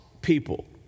people